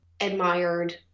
admired